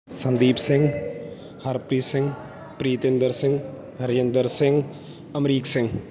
Sandeep Singh Harpreet Singh Preet Inder Singh Harjinder Singh Amrik Singh